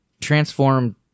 transform